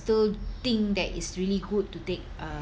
still think that it's really good to take uh